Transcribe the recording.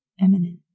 Eminent